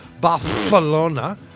Barcelona